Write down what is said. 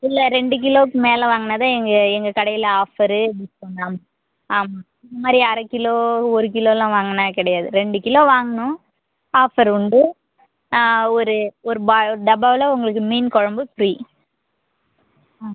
இல்லை ரெண்டு கிலோவுக்கு மேலே வாங்குனா தான் எங்கள் எங்கள் கடையில் ஆஃபரு டிஸ்கவுண்ட் எல்லாம் ஆமாம் இது மாதிரி அரை கிலோ ஒரு கிலோ எல்லாம் வாங்குனா கிடையாது ரெண்டு கிலோ வாங்கணும் ஆஃபர் உண்டு ஒரு ஒரு பா டப்பாவில் உங்களுக்கு மீன் குழம்பு ஃப்ரீ ஆ